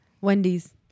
Wendy's